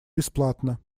бесплатно